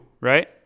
right